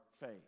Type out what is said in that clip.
faith